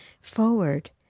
Forward